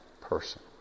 person